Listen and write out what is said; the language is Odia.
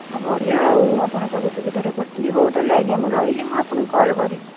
ଆଉ ବଢ଼ିଆ ଆଉ ଆପଣ ସବୁ ସୁବିଧାରେ କରୁଛନ୍ତି ହଉ ତାହେଲେ ଆଜ୍ଞା ମୁଁ ରହିଲି ଆପଣଙ୍କୁ କଲ୍ କରିବି